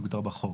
מוגדר בחוק.